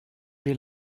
bet